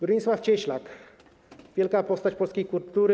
Bronisław Cieślak - wielka postać polskiej kultury.